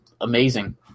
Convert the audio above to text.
amazing